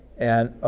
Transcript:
and,